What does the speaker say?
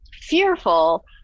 fearful